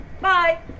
Bye